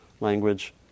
language